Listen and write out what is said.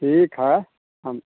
ठीक है हम